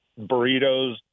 Burritos